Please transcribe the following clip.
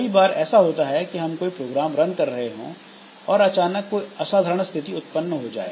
कई बार ऐसा होता है कि हम कोई प्रोग्राम रन कर रहे हो और अचानक कोई असाधारण स्थिति उत्पन्न हो जाएं